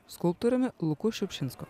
skulptoriumi luku šiupšinsku